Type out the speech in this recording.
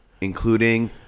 Including